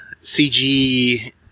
CG